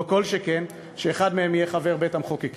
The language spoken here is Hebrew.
לא כל שכן שאחד מהם יהיה חבר בית-המחוקקים.